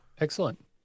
Excellent